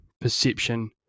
perception